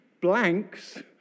blanks